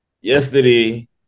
Yesterday